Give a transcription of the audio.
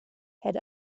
had